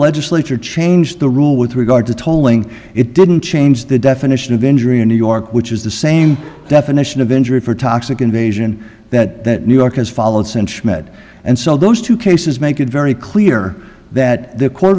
legislature changed the rule with regard to tolling it didn't change the definition of injury in new york which is the same definition of injury for toxic invasion that new york has followed since med and so those two cases make it very clear that the co